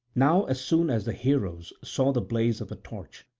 now as soon as the heroes saw the blaze of a torch,